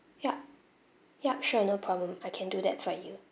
yup yup sure no problem I can do that for you